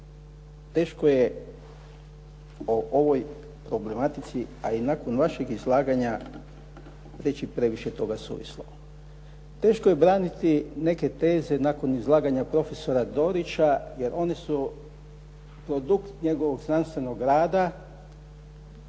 teško je o ovoj problematici, a i nakon vašeg izlaganja reći previše toga suvislo. Teško je braniti neke teze nakon izlaganja profesora Dorića, jer one su produkt njegovog znanstvenog rada